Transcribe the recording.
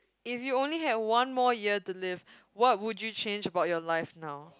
if you only have one more year to live what would you change about your life now